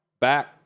back